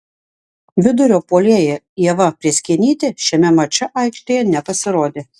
vidurio puolėja ieva prėskienytė šiame mače aikštėje nepasirodė